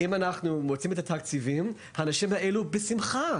אם אנחנו מוצאים את התקציבים, האנשים האלה בשמחה